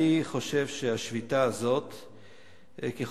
אני חושב שככל שהשביתה הזאת מתארכת,